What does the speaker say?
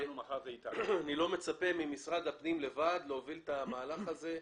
אני לא מצפה ממשרד הפנים לבד להוביל את המהלך הזה,